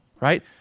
right